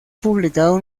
publicado